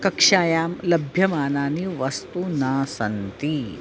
कक्षायां लभ्यमानानि वस्तूनि न सन्ति